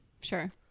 Sure